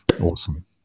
Awesome